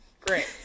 Great